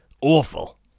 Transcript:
awful